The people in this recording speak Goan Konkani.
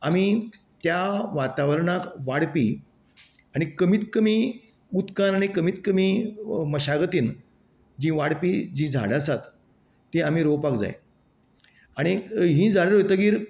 आमी त्या वातावरणांत वाडपी आनीक कमीत कमी उदकांत आनी कमी कमी मशागतीन जी वाडपी जी झाडां आसात ती आमी रोंवपाक जाय आनीक ही झाडां रोयतकीर